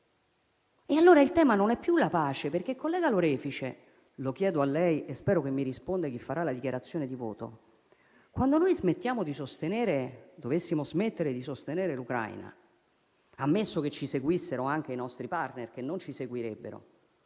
E allora il tema non è più la pace, perché, collega Lorefice - lo chiedo a lei e spero che mi risponda chi farà la dichiarazione di voto - se dovessimo smettere di sostenere l'Ucraina - ammesso che ci seguissero anche i nostri *partner*, che non ci seguirebbero